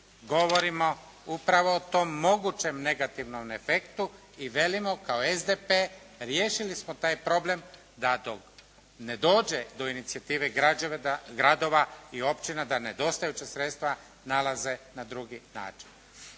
govorimo upravo o tom mogućem negativnom efektu i velimo kao SDP riješili smo taj problem da ne dođe inicijative gradova i općina da nedostajuća sredstva nalaze na drugi način.